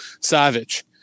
Savage